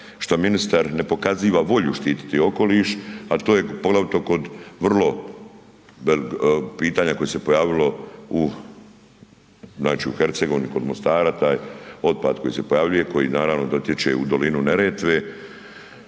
šta ministar ne pokaziva volju štititi okoliš, a to je poglavito kod vrlo, pitanja koje se pojavilo znači u Hercegovini, kod Mostara, taj otpad koji se pojavljuje, koji naravno dotječe u dolinu Neretve